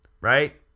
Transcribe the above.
right